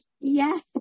yes